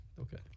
Okay